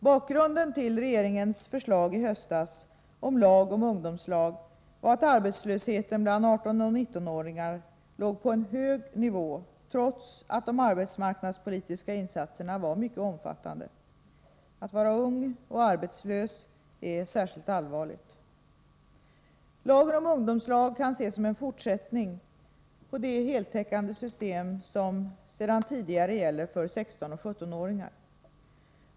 Bakgrunden till regeringens förslag i höstas om lag om ungdomslag var att arbetslösheten bland 18 och 19-åringar låg på en hög nivå trots att de arbetsmarknadspolitiska insatserna var mycket omfattande. Att vara ung och arbetslös är särskilt allvarligt. Lagen om ungdomslag kan ses som en fortsättning på det heltäckande system som sedan tidigare gäller för 16 och 17-åringar.